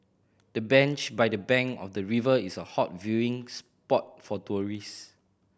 the bench by the bank of the river is a hot viewing spot for tourist